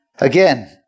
Again